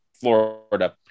Florida